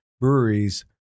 breweries